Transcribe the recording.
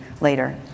later